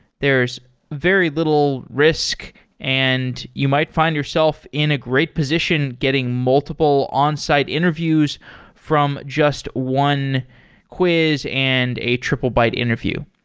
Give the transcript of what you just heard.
there's very little risk and you might find yourself in a great position getting multiple onsite interviews from just one quiz and a triplebyte interview.